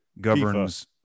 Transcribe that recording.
governs